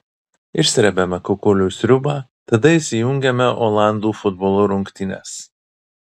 išsrebiame kukulių sriubą tada įsijungiame olandų futbolo rungtynes